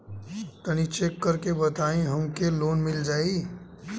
तनि चेक कर के बताई हम के लोन मिल जाई?